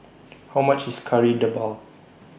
How much IS Kari Debal